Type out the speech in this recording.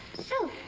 so,